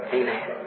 amen